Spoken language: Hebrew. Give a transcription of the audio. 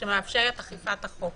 שמאפשר את אכיפת החוק.